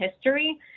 history